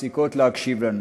מפסיקות להקשיב לנו.